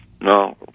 No